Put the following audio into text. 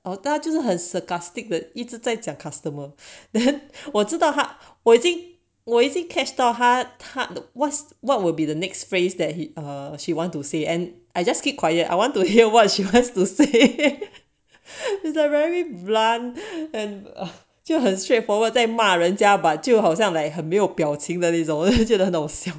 就是很 sarcastic 的一直在讲 customer then 我知道我已经我已经 catch 到他 what's what will be the next phrase that he or she want to say and I just keep quiet I want to hear what she wants to stay the very blunt and 就很 straightforward 在骂人家把就好像来很没有表情 valid 走的世界的那种 siam